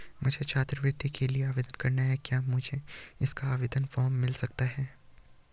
मुझे छात्रवृत्ति के लिए आवेदन करना है क्या मुझे इसका आवेदन फॉर्म मिल सकता है?